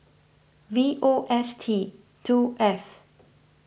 V O S T two F